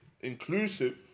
inclusive